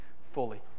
fully